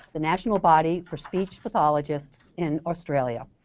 the national body for speech pathologists in australia.